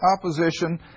opposition